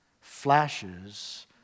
flashes